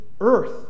earth